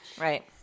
Right